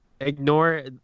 ignore